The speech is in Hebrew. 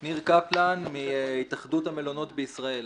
אני מהתאחדות המלונות בישראל.